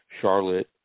Charlotte